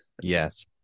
Yes